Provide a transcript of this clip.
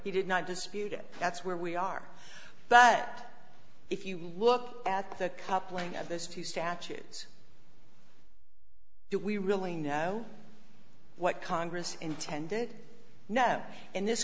he did not dispute it that's where we are but if you look at the coupling of this two statutes that we really know what congress intended no and this